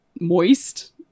moist